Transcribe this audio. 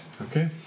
Okay